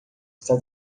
está